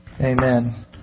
Amen